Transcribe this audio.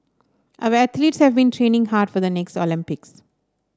our athletes have been training hard for the next Olympics